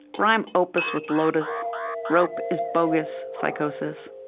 rhyme opus with lotus rope is bogus, psychosis.